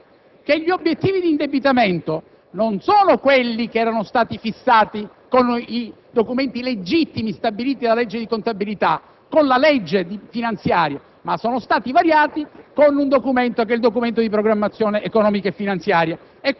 A questo punto cosa succede? Accade che gli obiettivi di indebitamento non sono quelli che erano stati fissati con i documenti legittimi stabiliti dalla legge di contabilità, la legge finanziaria, ma sono stati variati